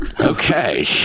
Okay